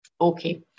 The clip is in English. Okay